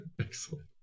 Excellent